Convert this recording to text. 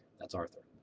that's arthur.